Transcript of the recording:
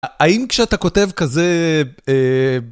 האם כשאתה כותב כזה...